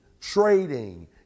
trading